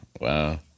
wow